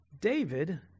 David